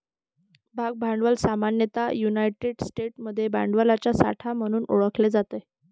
भाग भांडवल सामान्यतः युनायटेड स्टेट्समध्ये भांडवलाचा साठा म्हणून ओळखले जाते